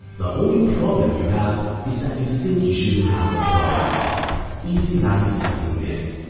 the only problem you have is that you think you shouldn't have a problem easy life is a myth.